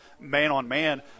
man-on-man